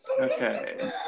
Okay